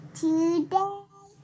today